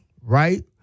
right